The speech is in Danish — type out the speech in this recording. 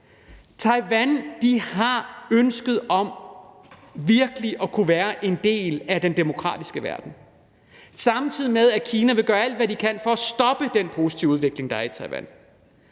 Taiwan har ønsket om virkelig at kunne være en del af den demokratiske verden, samtidig med at Kina vil gøre alt, hvad de kan, for at stoppe den positive udvikling, der er i Taiwan.